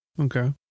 Okay